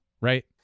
right